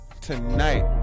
tonight